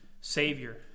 Savior